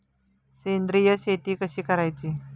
सेंद्रिय शेती कशी करायची?